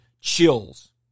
Chills